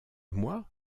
moi